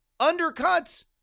undercuts